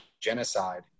genocide